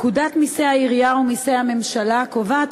פקודת מסי העירייה ומסי הממשלה (פטורין) קובעת